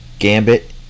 Gambit